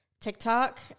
TikTok